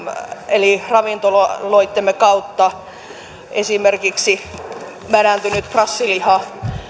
eli ravintoloittemme kautta esimerkiksi mädäntynyt brassiliha